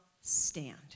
stand